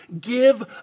give